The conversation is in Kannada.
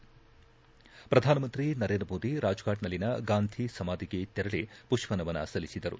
ಶ್ರಧಾನಮಂತ್ರಿ ನರೇಂದ್ರ ಮೋದಿ ರಾಜ್ಫಾಟ್ನಲ್ಲಿನ ಗಾಂಧಿ ಸಮಾಧಿಗೆ ತೆರಳಿ ಪುಪ್ಪ ನಮನ ಸಲ್ಲಿಸಿದರು